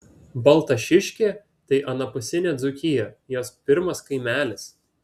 baltašiškė tai anapusinė dzūkija jos pirmas kaimelis